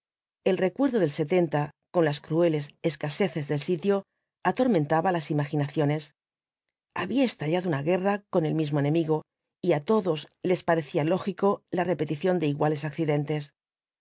el recuerdo del con las crueles escaseces del sitio atormentaba las imaginaciones había estallado una guerra con el mismo enemigo y á todos les parecía lógico la repetición de iguales accidentes